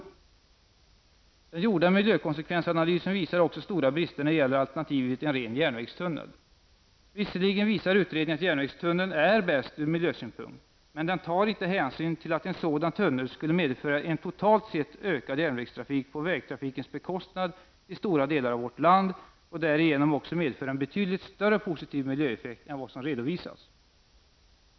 Den gjorda miljökonsekvensanalysen visar också stora brister när det gäller alternativet en ren järnvägstunnel. Visserligen visar utredningen att en järnvägstunnel är bäst ur miljösynpunkt. Men den tar inte hänsyn till att en sådan tunnel skulle medföra en totalt sett ökad järnvägstrafik på vägtrafikens bekostnad i stora delar av vårt land och därigenom också medföra en betydligt större positiv miljöeffekt än vad som redovisas.